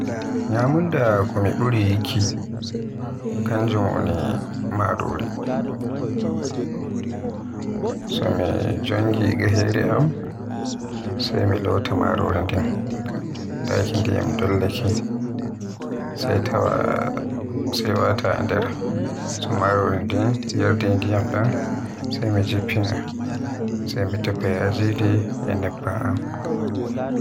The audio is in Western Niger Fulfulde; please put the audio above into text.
Ñyamunda ko mi buri yikki kanjum woni marori. So mi jongi gajere am, sai mi lota marori ndin, daki ndiyam dollake, sai wata e nder. So marori ndin yardi ndiyam dan sai mi jiffina, mi tefa yajiri e nebban am.